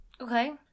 Okay